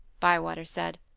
bywater said.